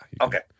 okay